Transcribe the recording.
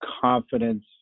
confidence